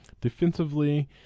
Defensively